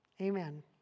Amen